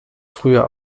früher